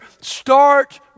start